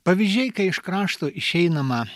pavyzdžiai kai iš krašto išeinama